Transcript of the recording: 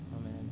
Amen